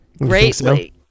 greatly